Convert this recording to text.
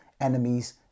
enemies